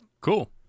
Cool